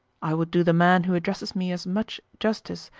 i would do the man who addresses me as much justice,